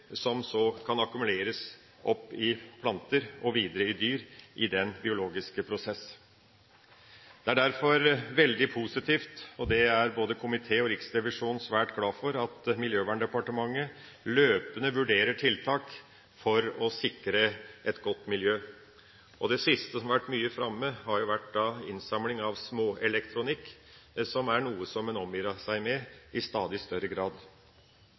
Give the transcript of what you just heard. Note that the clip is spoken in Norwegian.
som så kan akkumuleres opp i planter og videre i dyr i den biologiske prosessen. Det er derfor veldig positivt – og det er både komiteen og Riksrevisjonen svært glad for – at Miljøverndepartementet løpende vurderer tiltak for å sikre et godt miljø. Det siste, som har vært mye framme, har vært innsamling av småelektronikk, som er noe som en i stadig større grad omgir seg med.